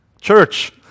church